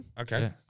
Okay